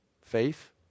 faith